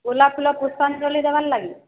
ଗୋଲାପ ଫୁଲ ପୁଷ୍ପାଞ୍ଜଳି ଦେବାର ଲାଗି